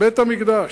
בית-המקדש.